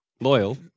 Loyal